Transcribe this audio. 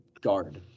guard